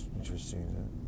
interesting